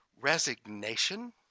resignation